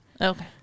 Okay